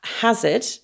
hazard